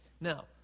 Now